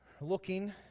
Looking